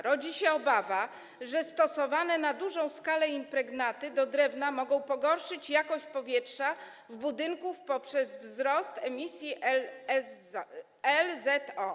Rodzi się obawa, że stosowane na dużą skalę impregnaty do drewna mogą pogorszyć jakość powietrza w budynkach poprzez wzrost emisji LZO.